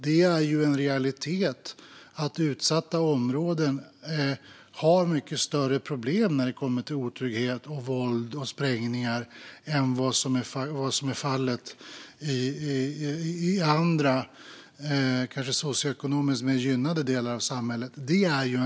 Det är en realitet att utsatta områden har mycket större problem med otrygghet, våld och sprängningar än socioekonomiskt mer gynnade delar av samhället.